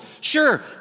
Sure